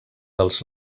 dels